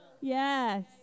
yes